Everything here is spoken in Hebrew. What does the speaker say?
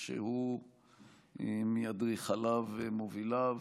שהוא מאדריכליו ומוביליו.